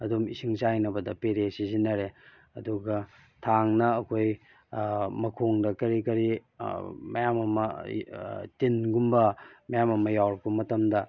ꯑꯗꯨꯝ ꯏꯁꯤꯡ ꯆꯥꯏꯅꯕꯗ ꯄꯦꯔꯦ ꯁꯤꯖꯤꯟꯅꯔꯦ ꯑꯗꯨꯒ ꯊꯥꯡꯅ ꯑꯩꯈꯣꯏ ꯃꯈꯣꯡꯗ ꯀꯔꯤ ꯀꯔꯤ ꯃꯌꯥꯝ ꯑꯃ ꯇꯤꯟꯒꯨꯝꯕ ꯃꯌꯥꯝ ꯑꯃ ꯌꯥꯎꯔꯛꯄ ꯃꯇꯝꯗ